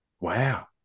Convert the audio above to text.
Wow